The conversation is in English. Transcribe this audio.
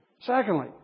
Secondly